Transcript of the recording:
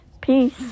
Peace